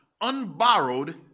unborrowed